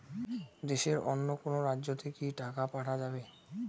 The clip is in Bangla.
দেশের অন্য কোনো রাজ্য তে কি টাকা পাঠা যাবে?